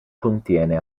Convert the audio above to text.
contiene